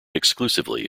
exclusively